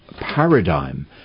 paradigm